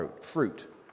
fruit